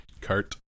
cart